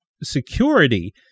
security